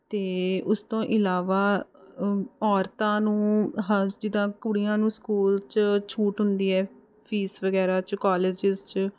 ਅਤੇ ਉਸ ਤੋਂ ਇਲਾਵਾ ਔਰਤਾਂ ਨੂੰ ਜਿੱਦਾਂ ਕੁੜੀਆਂ ਨੂੰ ਸਕੂਲ 'ਚ ਛੂਟ ਹੁੰਦੀ ਹੈ ਫ਼ੀਸ ਵਗੈਰਾ 'ਚੋਂ ਕਾਲੇਜਿਸ 'ਚ